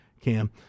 Cam